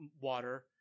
water